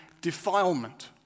defilement